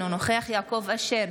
אינו נוכח יעקב אשר,